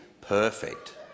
perfect